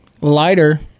lighter